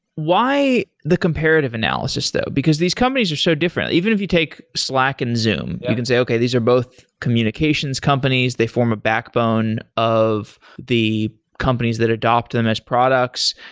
why the comparative analysis though? because these companies are so different. even if you take slack and zoom, you can say, okay. these are both communications companies. they form the backbone of the companies that adopt them as products.